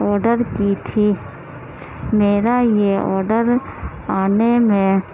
order کی تھی میرا یہ آڈر آنے میں